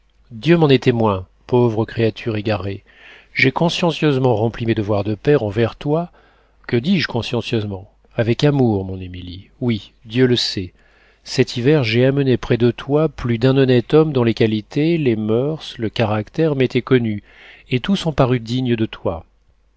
dieu m'en est témoin pauvre créature égarée j'ai consciencieusement rempli mes devoirs de père envers toi que dis-je consciencieusement avec amour mon émilie oui dieu le sait cet hiver j'ai amené près de toi plus d'un honnête homme dont les qualités les moeurs le caractère m'étaient connus et tous ont paru dignes de toi